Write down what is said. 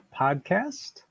Podcast